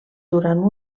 durant